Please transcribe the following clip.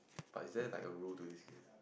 but is there like a rule to this game